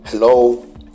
Hello